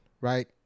right